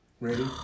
Ready